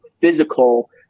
physical